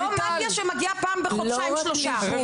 לא מגיה שמגיע פעם בחודשיים שלושה.